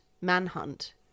manhunt